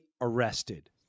Arrested